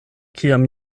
kiam